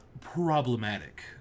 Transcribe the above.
problematic